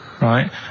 right